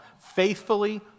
Faithfully